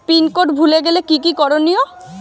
Pin code ভুলে গেলে কি কি করনিয়?